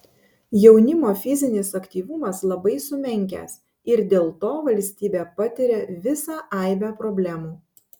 jaunimo fizinis aktyvumas labai sumenkęs ir dėl to valstybė patiria visą aibę problemų